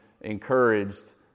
encouraged